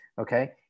okay